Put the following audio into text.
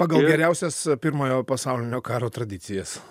pagal geriausias pirmojo pasaulinio karo tradicijas